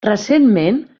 recentment